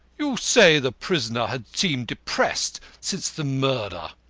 you say the prisoner has seemed depressed since the murder.